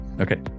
Okay